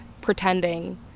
pretending